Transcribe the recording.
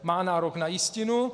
Má nárok na jistinu.